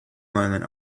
moment